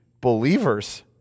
believers